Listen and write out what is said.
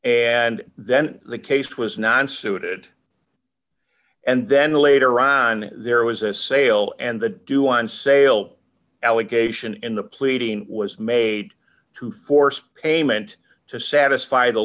and then the case was not so did and then later on there was a sale and the due on sale allegation in the pleading was made to force payment to satisfy the